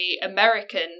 American